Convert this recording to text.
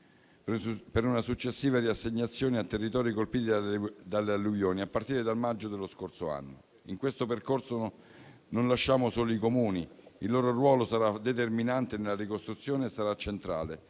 per una successiva riassegnazione a territori colpiti dalle alluvioni a partire dal maggio dello scorso anno. In questo percorso non lasciamo soli i Comuni: il loro ruolo sarà determinante nella ricostruzione e sarà centrale